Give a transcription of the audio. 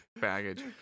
baggage